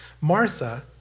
Martha